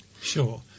Sure